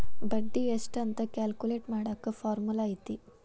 ಬಡ್ಡಿ ಎಷ್ಟ್ ಅಂತ ಕ್ಯಾಲ್ಕುಲೆಟ್ ಮಾಡಾಕ ಫಾರ್ಮುಲಾ ಐತಿ